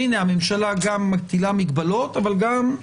שהנה הממשלה גם מטילה מגבלות אבל גם.